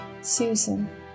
Susan